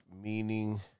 meaning